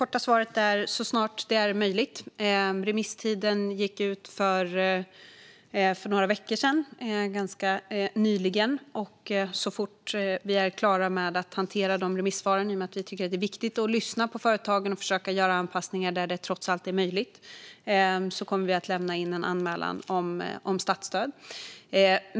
Fru talman! Det korta svaret är: Så snart det är möjligt. Remisstiden gick ut för några veckor sedan, det vill säga ganska nyligen. Så fort vi är klara med att hantera remissvaren - vi tycker ju att det är viktigt att lyssna på företagen och göra anpassningar där det trots allt är möjligt - kommer vi att lämna in en anmälan om statsstöd.